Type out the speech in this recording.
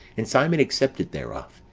and simon accepted thereof,